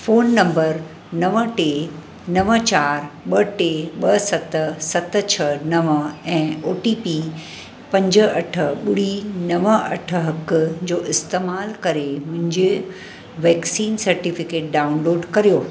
phone number नव टे नव चारि ॿ टे ॿ सत सत छह नव ऐं ओ टी पी पंज अठ ॿुड़ी नव अठ हिकु जो इस्तेमालु करे मुंहिंजे वैक्सीन सर्टिफिकेट डाउनलोड करियो